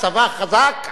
צבא חזק,